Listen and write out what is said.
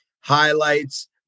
highlights